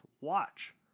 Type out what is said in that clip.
watch